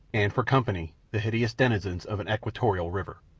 and for company the hideous denizens of an equatorial river.